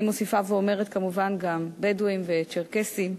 אני מוסיפה ואומרת כמובן גם בדואים וצ'רקסים,